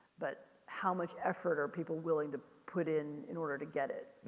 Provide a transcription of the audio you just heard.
but how much effort are people willing to put in in order to get it.